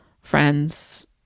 friends